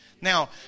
Now